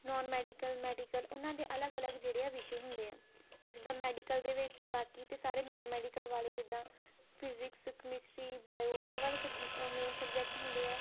non medical medical ਉਨ੍ਹਾਂ ਦੇ ਅਲੱਗ ਅਲੱਗ ਜਿਹੜੇ ਆ ਵਿਸ਼ੇ ਹੁੰਦੇ ਆ ਜਿੱਦਾਂ ਮੈਡੀਕਲ ਦੇ ਵਿੱਚ ਬਾਕੀ ਅਤੇ ਸਾਰੇ ਨੋਨ ਮੈਡੀਕਲ ਵਾਲੇ ਜਿੱਦਾਂ ਫਿਜਿਕਸ ਕਮਿਸਟਰੀ ਬਾਇਓ ਇਹ ਵਾਲੇ ਸਭ ਮੇਨ ਸਬਜੈਕਟ ਹੁੰਦੇ ਆ